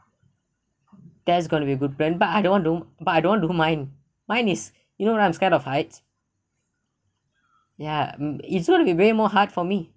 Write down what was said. that's is going to be a good plan but I don't want don't but I don't want to do mine mine is you know right I'm scared of high ya it's going to be way more hard for me